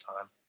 time